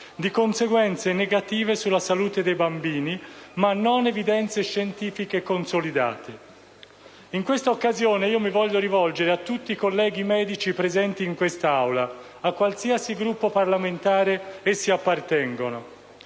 di conseguenze negative sulla salute dei bambini, ma non evidenze scientifiche consolidate. In questa occasione mi voglio rivolgere a tutti i colleghi medici presenti in quest'Aula, a qualsiasi Gruppo parlamentare essi appartengano.